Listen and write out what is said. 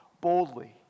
boldly